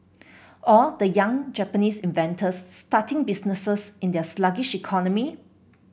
or the young Japanese inventors starting businesses in their sluggish economy